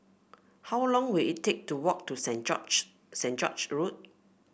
how long will it take to walk to Saint George Saint George's Road